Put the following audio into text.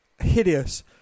hideous